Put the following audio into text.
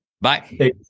Bye